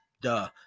duh